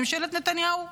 ממשלת נתניהו לא,